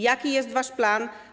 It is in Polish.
Jaki jest wasz plan?